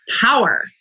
power